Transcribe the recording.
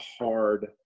hard